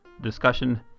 discussion